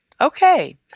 Okay